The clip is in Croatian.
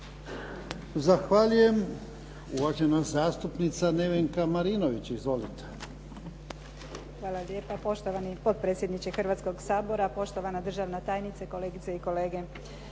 Zahvaljujem. Uvažena zastupnica Nevenka Marinović. Izvolite. **Marinović, Nevenka (HDZ)** Hvala lijepa. Poštovani potpredsjedniče Hrvatskoga sabora, poštovana državna tajnice, kolegice i kolege.